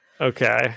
Okay